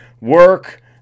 work